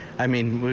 i mean,